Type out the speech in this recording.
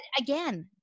again